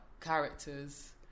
characters